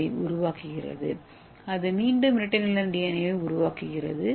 ஏவை உருவாக்குகிறது